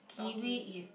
kiwi